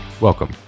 welcome